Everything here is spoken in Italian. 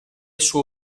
suo